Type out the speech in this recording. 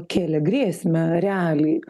kėlė grėsmę realiai